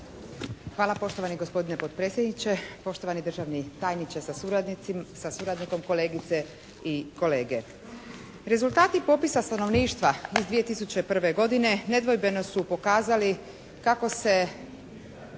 Hvala poštovani gospodine potpredsjedniče. Poštovani državni tajniče sa suradnikom, kolegice i kolege. Rezultati popisa stanovništva iz 2001. godine nedvojbeno su pokazali kako se